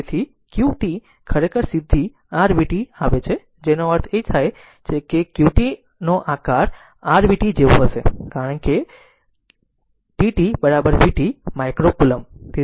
તેથી q t ખરેખર સીધી r t v આવે છે જેનો અર્થ એ થાય છે કે q tનો આ આકાર r v t જેવો જ હશે કેમ કે t t v t micro coulomb